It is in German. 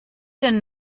denn